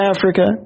Africa